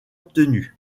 obtenus